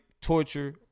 torture